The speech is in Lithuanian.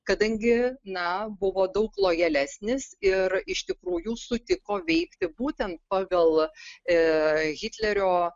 kadangi na buvo daug lojalesnis ir iš tikrųjų sutiko veikti būtent pagal e hitlerio